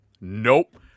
nope